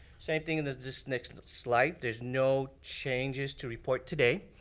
same thing and as this next and slide. there's no changes to report today.